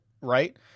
right